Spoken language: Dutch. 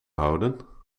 houden